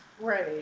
Right